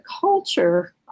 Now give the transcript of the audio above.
culture